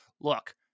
Look